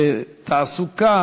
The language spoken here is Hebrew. תעסוקה